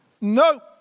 Nope